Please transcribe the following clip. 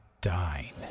dine